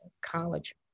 college